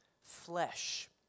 flesh